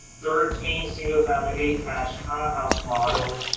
thirteen single family attached house models,